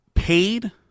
Paid